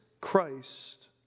Christ